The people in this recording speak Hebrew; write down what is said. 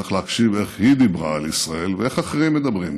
צריך להקשיב איך היא דיברה על ישראל ואיך אחרים מדברים.